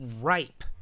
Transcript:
ripe